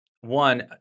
One